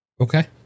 Okay